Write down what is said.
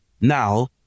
Now